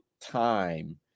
time